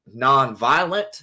nonviolent